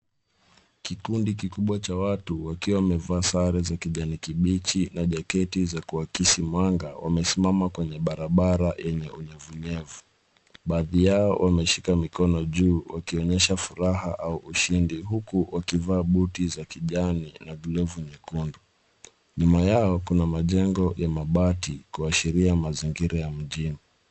Kikundi kikubwa cha watu waliovaa sare za kijani kibichi na zenye mwanga hafifu, wamesimama kwenye barabara yenye unyevunyevu. Baadhi yao wameinua mikono juu wakionyesha furaha au ushindi, huku wakiwa wamevaa buti za kijani na glovu nyekundu. Nyuma yao kuna majengo ya mabati kuashiria mazingira ya jijini.